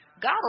God